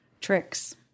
tricks